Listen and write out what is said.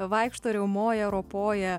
vaikšto riaumoja ropoja